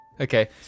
Okay